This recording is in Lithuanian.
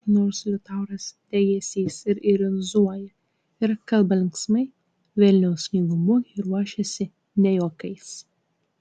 nors liutauras degėsys ir ironizuoja ir kalba linksmai vilniaus knygų mugei ruošiasi ne juokais